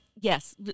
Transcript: yes